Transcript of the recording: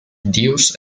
deuce